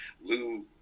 Lou